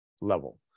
level